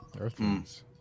Earthlings